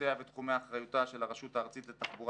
סמכויותיה ותחומי אחריותה של הרשות הארצית לתחבורה